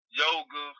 yoga